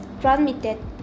transmitted